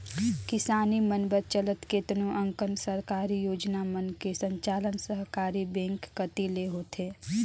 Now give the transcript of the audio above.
किसानी मन बर चलत केतनो अकन सरकारी योजना मन के संचालन सहकारी बेंक कति ले होथे